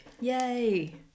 Yay